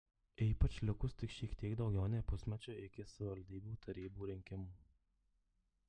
ypač likus tik šiek tiek daugiau nei pusmečiui iki savivaldybių tarybų rinkimų